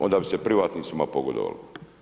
Onda bi se privatnicima pogodovalo.